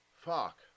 Fuck